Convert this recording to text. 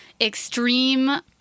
extreme